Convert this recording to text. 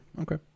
Okay